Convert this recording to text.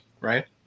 Right